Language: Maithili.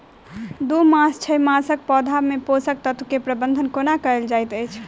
दू मास सँ छै मासक पौधा मे पोसक तत्त्व केँ प्रबंधन कोना कएल जाइत अछि?